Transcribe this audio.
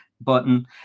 button